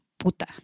Puta